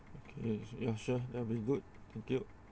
okay ya sure there'll be good thank you